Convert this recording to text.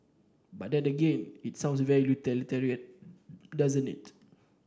but again it sounds very utilitarian doesn't it